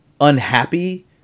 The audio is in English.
unhappy